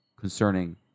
Concerning